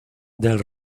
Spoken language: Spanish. del